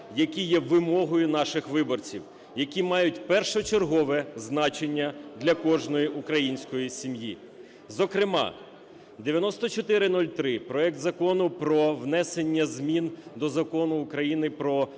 які є вимогою наших виборців, які мають першочергове значення для кожної української сім'ї. Зокрема: 9403 - проект Закону про внесення змін до Закону України "Про ринок